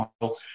model